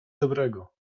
dobrego